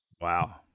Wow